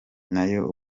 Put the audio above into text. nayo